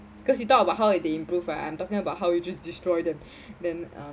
because you talk about will they improve right I'm talking about how you just destroy them then uh